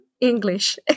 English